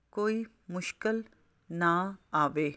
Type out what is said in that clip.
ਕੋਈ ਮੁਸ਼ਕਲ ਨਾ ਆਵੇ